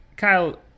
Kyle